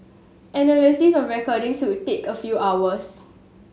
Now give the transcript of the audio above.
analysis of recordings would take a few hours